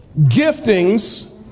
giftings